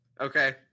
Okay